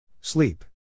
Sleep